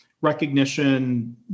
recognition